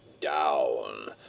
down